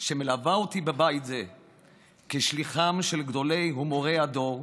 שמלווה אותי בבית זה כשליחם של גדולי ומורי הדור,